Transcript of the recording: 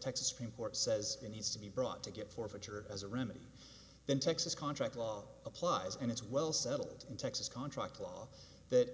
texas supreme court says and he's to be brought to get forfeiture as a remedy then texas contract law applies and it's well settled in texas contract law that